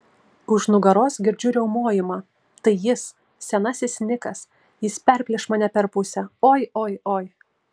už nugaros girdžiu riaumojimą tai jis senasis nikas jis perplėš mane per pusę oi oi oi